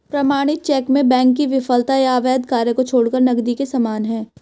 प्रमाणित चेक में बैंक की विफलता या अवैध कार्य को छोड़कर नकदी के समान है